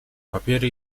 papiery